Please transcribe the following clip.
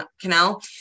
canal